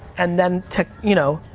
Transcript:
and then, you know,